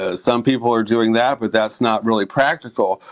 ah some people are doing that but that's not really practical.